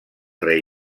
rei